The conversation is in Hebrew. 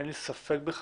אין לי ספק בכך.